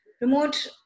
remote